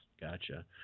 gotcha